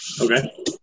Okay